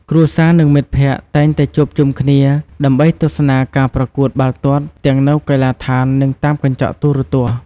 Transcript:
គ្រួសារ និងមិត្តភក្តិតែងតែជួបជុំគ្នាដើម្បីទស្សនាការប្រកួតបាល់ទាត់ទាំងនៅកីឡដ្ឋាន ឬតាមកញ្ចក់ទូរទស្សន៍។